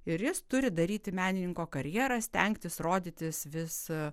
ir jis turi daryti menininko karjerą stengtis rodytis vis